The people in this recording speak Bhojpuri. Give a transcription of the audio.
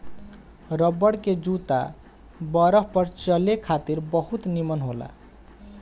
रबर के जूता बरफ पर चले खातिर बहुत निमन होला